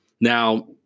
Now